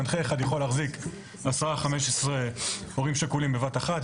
מנחה אחד יכול להחזיק 10 - 15 הורים שכולים בבת אחת.